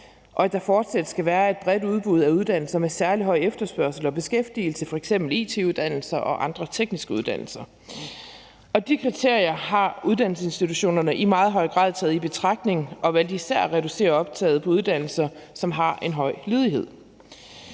og at der fortsat skal være et bredt udbud af uddannelser med særlig høj efterspørgsel og beskæftigelse, f.eks. it-uddannelser og andre tekniske uddannelser. De kriterier har uddannelsesinstitutionerne i meget høj grad taget i betragtning, især i forhold til hvordan dereducerer optaget på uddannelser, som har en høj ledighed.